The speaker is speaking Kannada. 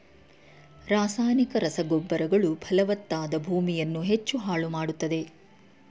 ರಾಸಾಯನಿಕ ರಸಗೊಬ್ಬರಗಳು ಫಲವತ್ತಾದ ಭೂಮಿಯನ್ನು ಹೆಚ್ಚು ಹಾಳು ಮಾಡತ್ತದೆ